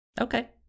Okay